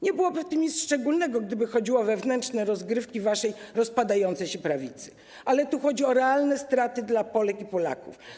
Nie byłoby w tym nic szczególnego, gdyby chodziło o wewnętrzne rozgrywki waszej rozpadającej się prawicy, ale tu chodzi o realne straty dla Polek i Polaków.